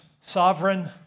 sovereign